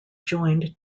joined